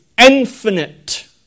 infinite